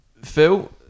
Phil